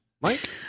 Mike